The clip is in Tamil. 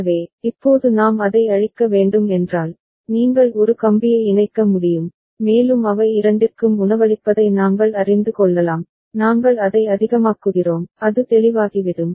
எனவே இப்போது நாம் அதை அழிக்க வேண்டும் என்றால் நீங்கள் ஒரு கம்பியை இணைக்க முடியும் மேலும் அவை இரண்டிற்கும் உணவளிப்பதை நாங்கள் அறிந்து கொள்ளலாம் நாங்கள் அதை அதிகமாக்குகிறோம் அது தெளிவாகிவிடும்